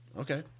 Okay